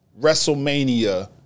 Wrestlemania